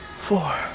Four